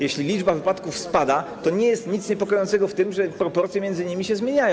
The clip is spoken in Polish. Jeśli liczba wypadków spada, to nie ma nic niepokojącego w tym, że proporcje między nimi się zmieniają.